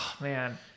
man